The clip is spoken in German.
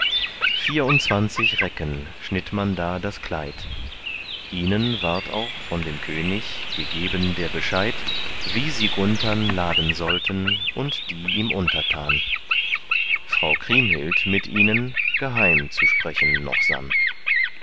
vierundzwanzig recken schnitt man da das kleid ihnen ward auch von dem könig gegeben der bescheid wie sie gunthern laden sollten und die ihm untertan frau kriemhild mit ihnen geheim zu sprechen noch sann